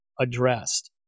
addressed